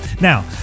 Now